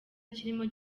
kirimo